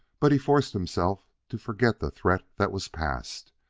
but he forced himself to forget the threat that was past,